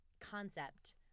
concept